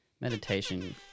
meditation